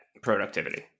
productivity